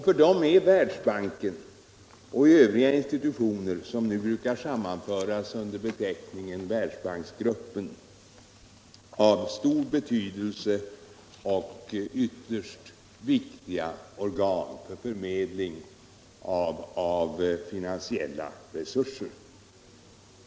För dem är Världsbanken och övriga institulioner som brukar sammanföras under beteckningen Världsbanksgruppen av stor betydelse. De är ytterst viktiga organ för förmedling av finansiella resurser.